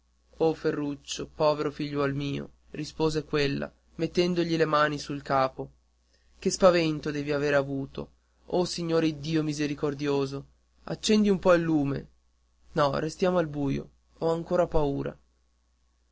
oh ferruccio povero figliuol mio rispose quella mettendogli le mani sul capo che spavento devi aver avuto oh signore iddio misericordioso accendi un po di lume no restiamo al buio ho ancora paura